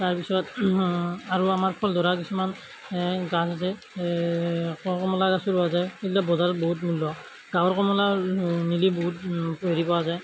তাৰপিছত আৰু আমাৰ ফল ধৰা কিছুমান গছ আছে কমলা গছো ৰোৱা যায় যিবিলাক বজাৰত বহুত মূল্য ডাঙৰ কমলা নিলে বহুত হেৰি পোৱা যায়